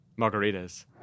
Margaritas